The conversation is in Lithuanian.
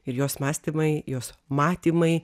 ir jos mąstymai jos matymai